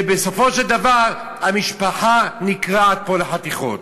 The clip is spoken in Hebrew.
ובסופו של דבר המשפחה נקרעת פה לחתיכות.